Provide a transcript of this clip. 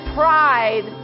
pride